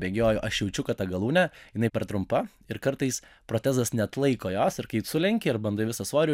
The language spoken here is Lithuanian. bėgioju aš jaučiu kad tą galūnė jinai per trumpa ir kartais protezas neatlaiko jos ir kai sulenki ar bandai visą svorį